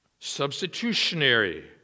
substitutionary